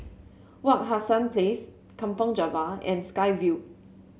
Wak Hassan Place Kampong Java and Sky Vue